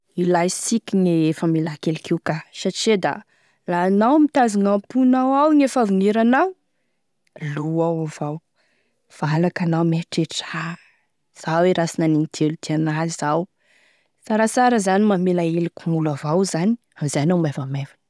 Ilaisika gne famelankeloky io ka, satria da la anao mitazogne amponao ao gne fahavignirinao, lo ao avao, valaky anao mieritrritra ha zao e raha rasy nanin'ity olo ty ana zao, sarasara zany mamela heloko gn'olo avao zany amin'izay anao maivamaivagny.